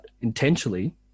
intentionally